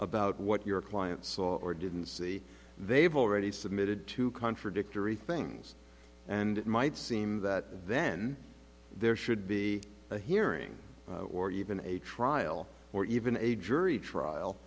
about what your client saw or didn't see they've already submitted two contradictory things and it might seem that then there should be a hearing or even a trial or even a jury trial